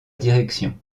direction